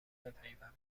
بپیوندم